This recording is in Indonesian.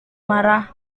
marah